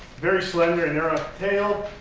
very slender and narrow tail,